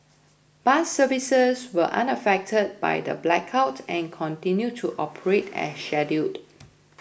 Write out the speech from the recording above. bus services were unaffected by the blackout and continued to operate as scheduled